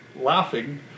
laughing